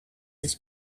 his